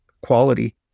quality